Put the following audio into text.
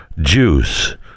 juice